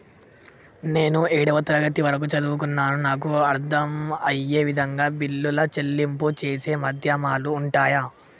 నేను ఏడవ తరగతి వరకు చదువుకున్నాను నాకు అర్దం అయ్యే విధంగా బిల్లుల చెల్లింపు చేసే మాధ్యమాలు ఉంటయా?